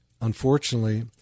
unfortunately